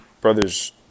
brothers